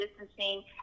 distancing